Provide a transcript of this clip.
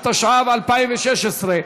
התשע"ו 2016,